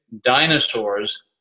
dinosaurs